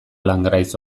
langraiz